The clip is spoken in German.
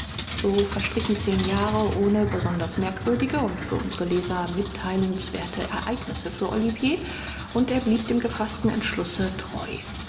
so verstrichen zehn jahre ohne besonders merkwürdige und für unsere leser mitteilenswerte ereignisse für olivier und er blieb dem gefaßten entschlusse treu